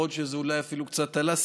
יכול להיות שזה אפילו קצת עלה,